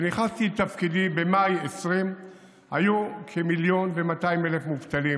כשנכנסתי לתפקידי במאי 2020 היו כ-1.2 מיליון מובטלים